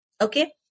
Okay